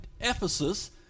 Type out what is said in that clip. Ephesus